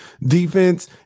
defense